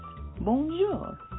Bonjour